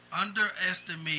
underestimate